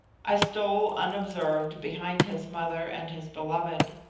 i stole unobserved behind his mother and his beloved.